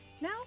Now